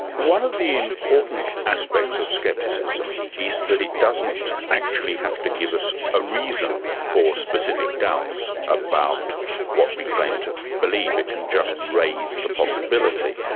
one of the important aspects of scepticism is that it doesn't actually have to give us a reason for specific doubts about what we claim to believe. it can just raise the possibility.